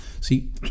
See